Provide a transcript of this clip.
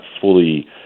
fully